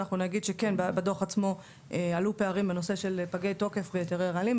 אנחנו נגיד שכן בדוח עצמו עלו פערים בנושא של פגי תוקף בהיתרי רעלים.